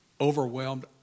overwhelmed